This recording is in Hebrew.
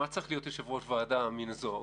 מה צריך להיות יושב-ראש ועדה ממין זו?